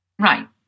Right